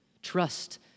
Trust